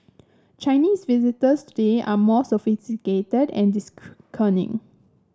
Chinese visitors today are more sophisticated and